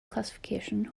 classification